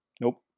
Nope